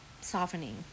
softening